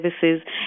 services